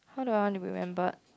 how do I want to be remembered